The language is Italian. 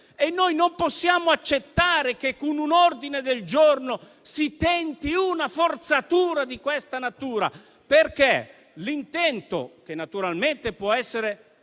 e noi non possiamo accettare che con un ordine del giorno si tenti una forzatura di questa natura, perché l'intento, che naturalmente può essere